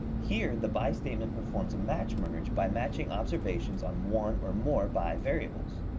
here the by statement performs a match-merge by matching observations on one or more by variables.